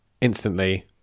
instantly